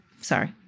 Sorry